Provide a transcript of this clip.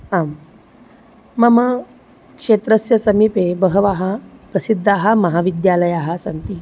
आं मम क्षेत्रस्य समीपे बहवः प्रसिद्धाः महाविद्यालयाः सन्ति